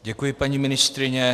Děkuji, paní ministryně.